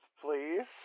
please